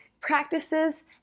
practices